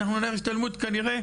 אנחנו נלך להשתלמות כנראה,